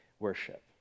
worship